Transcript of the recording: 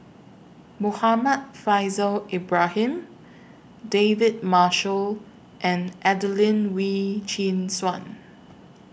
Muhammad Faishal Ibrahim David Marshall and Adelene Wee Chin Suan